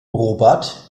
robert